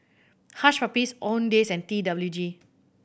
Hush Puppies Owndays and T W G